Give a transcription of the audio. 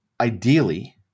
ideally